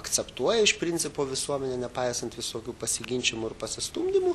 akceptuoja iš principo visuomenė nepaisant visokių pasiginčijimų ir pasistumdymų